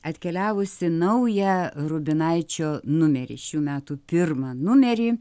atkeliavusį naują rubinaičio numerį šių metų pirmą numerį